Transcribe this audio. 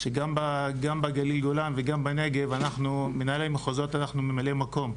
שגם בגליל גולן וגם בנגב מנהלי המחוזות אנחנו ממלאי מקום.